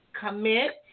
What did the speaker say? Commit